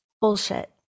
bullshit